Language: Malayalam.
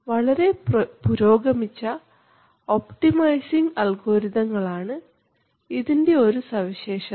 വളരെ പുരോഗമിച്ച ഒപ്ടിമൈസിംഗ് അൽഗോരിതങ്ങളാണ് ഇതിൻറെ ഒരു സവിശേഷത